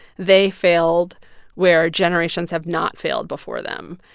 they failed where generations have not failed before them.